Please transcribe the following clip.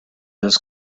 this